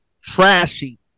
trashy